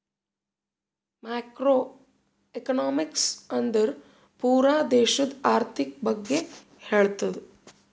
macro economics ಅಂದುರ್ ಪೂರಾ ದೇಶದು ಆರ್ಥಿಕ್ ಬಗ್ಗೆ ಹೇಳ್ತುದ